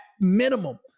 minimum